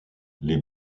les